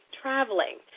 traveling